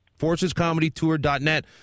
Forcescomedytour.net